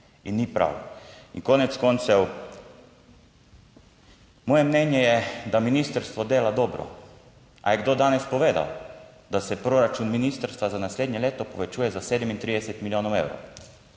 in ni prav. In konec koncev, moje mnenje je, da ministrstvo dela dobro. Ali je kdo danes povedal, da se proračun ministrstva za naslednje leto povečuje za 37 milijonov evrov?